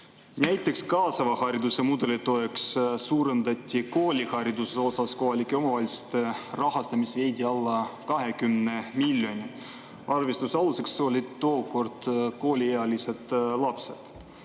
Näiteks kaasava hariduse mudeli toetamiseks suurendati koolihariduse osas kohalike omavalitsuste rahastamist veidi alla 20 miljoni. Arvestuse aluseks olid tookord kooliealised lapsed.